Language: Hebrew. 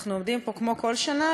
אנחנו עומדים פה כמו כל שנה,